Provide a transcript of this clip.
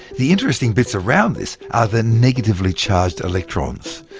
the interesting bits around this are the negatively-charged electrons.